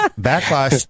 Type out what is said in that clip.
backlash